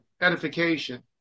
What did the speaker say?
edification